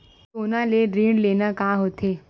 सोना ले ऋण लेना का होथे?